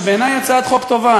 שבעיני היא הצעת חוק טובה,